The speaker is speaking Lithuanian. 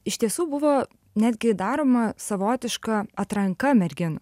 iš tiesų buvo netgi daroma savotiška atranka merginų